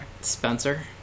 Spencer